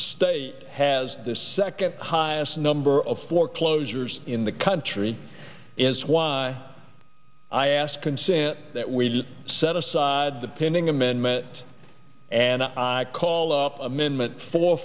state has the second highest number of foreclosures in the country is why i ask consent that we just set aside the pending amendment and i call up amendment fo